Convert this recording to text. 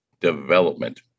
development